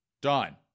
done